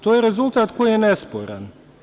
To je rezultat koji je nesporan.